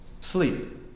sleep